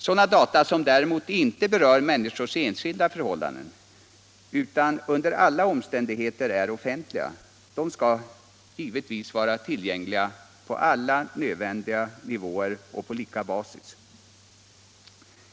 Sådana data som däremot inte berör människors enskilda förhållanden utan under alla omständigheter är offentliga skall givetvis vara tillgängliga på alla nödvändiga nivåer och på lika basis.